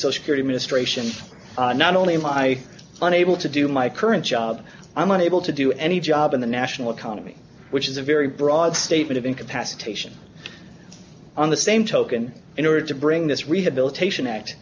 so security ministration not only am i an able to do my current job i'm unable to do any job in the national economy which is a very broad statement of incapacitation on the same token in order to bring this rehabilitation act